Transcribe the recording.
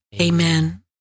Amen